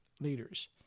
leaders